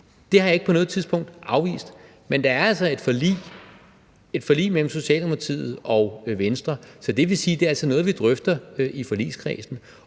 lys, har jeg ikke på noget tidspunkt afvist. Men der er altså et forlig mellem Socialdemokratiet og Venstre, så det vil sige, at det er noget, vi drøfter i forligskredsen.